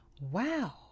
Wow